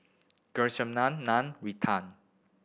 Naan Naan Raitan